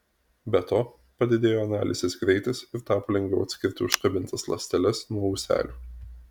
be to padidėjo analizės greitis ir tapo lengviau atskirti užkabintas ląsteles nuo ūselių